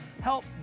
help